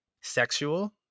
sexual